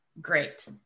great